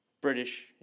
British